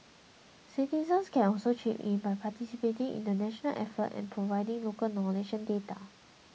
citizens can also chip in by participating in the national effort and providing local knowledge and data